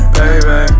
baby